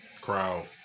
crowd